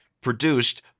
produced